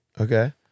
Okay